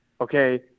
okay